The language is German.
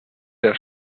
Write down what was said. der